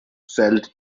felt